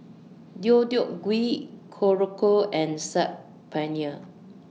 Deodeok Gui Korokke and Saag Paneer